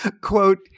Quote